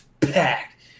packed